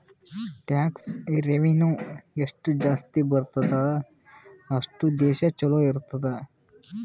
tax revenue ಎಷ್ಟು ಜಾಸ್ತಿ ಬರ್ತುದ್ ಅಷ್ಟು ದೇಶ ಛಲೋ ಇರ್ತುದ್